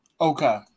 Okay